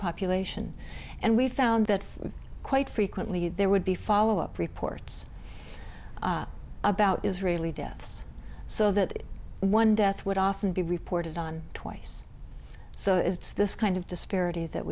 population and we found that quite frequently there would be follow up reports about israeli deaths so that one death would often be reported on twice so it's this kind of disparity that